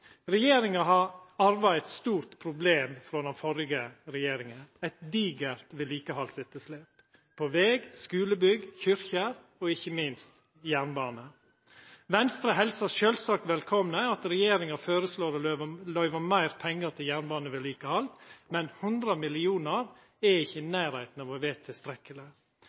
Regjeringa har arva eit stort problem frå den førre regjeringa: eit digert vedlikehaldsetterslep på veg, skulebygg, kyrkjer og ikkje minst jernbane. Venstre helsar sjølvsagt velkomen at regjeringa føreslår å løyva meir pengar til jernbanevedlikehald, men 100 mill. kr er ikkje i nærleiken av å